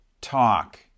talk